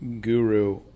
guru